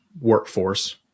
workforce